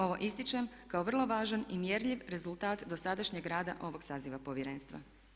Ovo ističem kao vrlo važan i mjerljiv rezultat dosadašnjeg rada ovog saziva Povjerenstva.